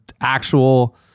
actual